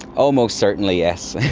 oh most certainly yes.